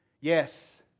Yes